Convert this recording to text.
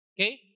okay